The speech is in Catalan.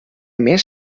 més